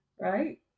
right